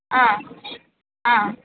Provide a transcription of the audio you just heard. ಹಾಂ ಹಾಂ